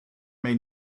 may